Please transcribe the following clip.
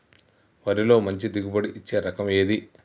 వరిలో మంచి దిగుబడి ఇచ్చే రకం ఏది?